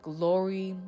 Glory